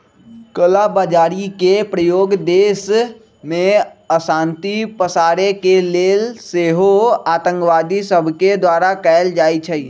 कला बजारी के प्रयोग देश में अशांति पसारे के लेल सेहो आतंकवादि सभके द्वारा कएल जाइ छइ